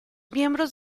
miembros